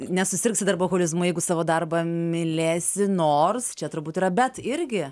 nesusirgsi darboholizmu jeigu savo darbą mylėsi nors čia turbūt yra bet irgi